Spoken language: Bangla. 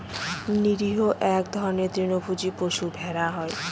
নিরীহ এক ধরনের তৃণভোজী পশু ভেড়া হয়